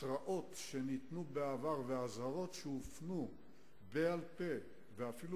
התרעות שניתנו בעבר ואזהרות שהופנו בעל-פה ואפילו